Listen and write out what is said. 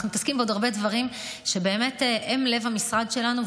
אנחנו מתעסקים בעוד הרבה דברים שהם לב המשרד שלנו,